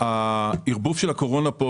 הערבוב של הקורונה פה